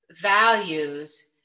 values